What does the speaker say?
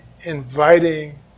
inviting